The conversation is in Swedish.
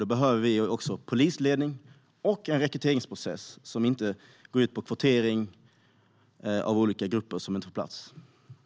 Då behöver vi en bra polisledning och en rekryteringsprocess som inte går ut på kvotering av olika grupper som inte får plats i dag.